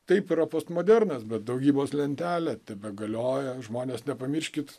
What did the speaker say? taip yra postmodernas bet daugybos lentelę tebegalioja žmonės nepamirškit